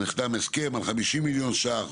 נחתם הסכם על 50 מיליון ש"ח,